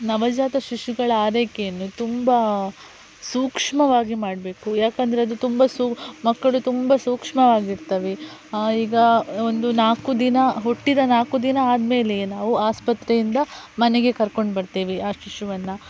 ನವಜಾತ ಶಿಶುಗಳ ಆರೈಕೆಯನ್ನು ತುಂಬ ಸೂಕ್ಷ್ಮವಾಗಿ ಮಾಡಬೇಕು ಏಕೆಂದರೆ ಅದು ತುಂಬ ಸೂ ಮಕ್ಕಳು ತುಂಬ ಸೂಕ್ಷ್ಮವಾಗಿರ್ತವೆ ಈಗ ಒಂದು ನಾಲ್ಕು ದಿನ ಹುಟ್ಟಿದ ನಾಲ್ಕು ದಿನ ಆದ್ಮೇಲೆಯೇ ನಾವು ಆಸ್ಪತ್ರೆಯಿಂದ ಮನೆಗೆ ಕರ್ಕೊಂಡು ಬರ್ತೇವೆ ಆ ಶಿಶುವನ್ನು